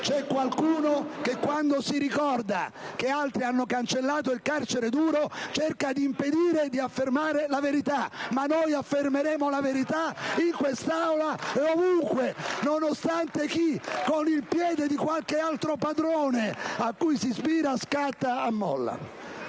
c'è qualcuno che quando si ricorda che altri hanno cancellato il carcere duro cerca di impedire di affermare la verità. Ma noi affermeremo la verità in quest'Aula ed ovunque *(Applausi dal Gruppo PDL)* nonostante che per alcuni, con il piede di qualche altro padrone a cui si ispira, scatti la molla.